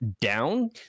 down